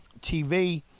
TV